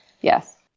yes